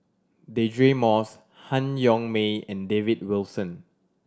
Deirdre Moss Han Yong May and David Wilson